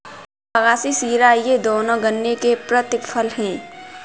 बगासी शीरा ये दोनों गन्ने के प्रतिफल हैं